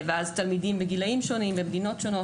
ואז צריך לקבץ לקבוצה תלמידים בגילאים שונים ממדינות שונות.